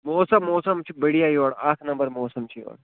موسم موسم چھُ بڑیا یورٕ اَکھ نمبر موسم چھُ یورٕ